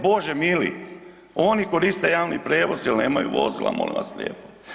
Bože mili, oni koriste javni prijevoz jer nemaju vozila molim vas lijepo!